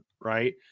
right